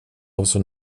also